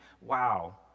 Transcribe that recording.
Wow